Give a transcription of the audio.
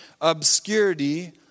obscurity